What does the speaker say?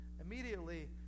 Immediately